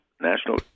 national